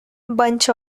bunch